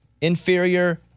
inferior